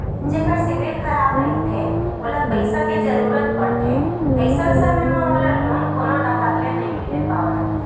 जेखर सिविल खराब रहिथे ओला पइसा के जरूरत परथे, अइसन समे म ओला लोन कोनो डाहर ले नइ मिले पावय